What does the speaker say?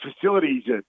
facilities